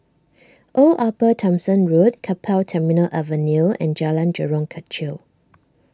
Old Upper Thomson Road Keppel Terminal Avenue and Jalan Jurong Kechil